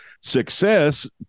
Success